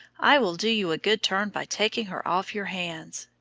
i will do you a good turn by taking her off your hands.